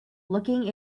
looking